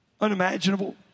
unimaginable